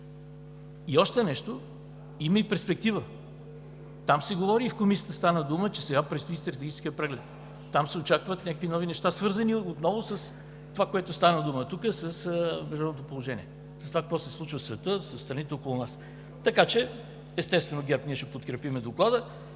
и още нещо – има и перспектива. Там се говори и в Комисията стана дума, че предстои стратегическият преглед. Там се очакват някакви нови неща, отново свързани с това, за което стана дума тук, с международното положение, с това какво се случва в света, със страните около нас? Така че, естествено, от ГЕРБ ще подкрепим Доклада.